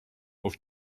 auf